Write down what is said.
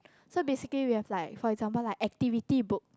so basically we have like for example like activity book